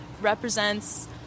represents